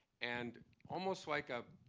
and almost like um